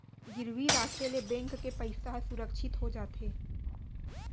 गिरवी राखे ले बेंक के पइसा ह सुरक्छित हो जाथे